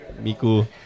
Miku